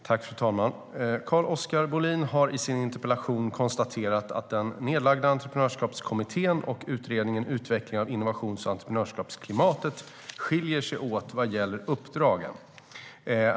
Fru talman! Carl-Oskar Bohlin har i sin interpellation konstaterat att den nedlagda Entreprenörskapskommittén och utredningen Utveckling av innovations och entreprenörskapsklimatet skiljer sig åt vad gäller uppdragen.